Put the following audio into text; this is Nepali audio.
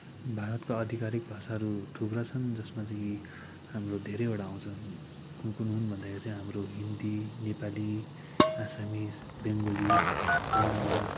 भारतका अधिकारिक भाषाहरू थुप्रा छन् जसमा चाहिँ हाम्रो धेरैवटा आउँछ कुन कुन हुन् भन्दाखेरि चाहिँ हाम्रो हिन्दी नेपाली आसामिज बङ्गाली कन्नड